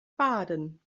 baden